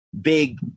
big